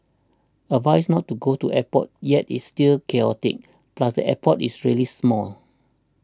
advised not to go to airport yet it's still chaotic plus the airport is really small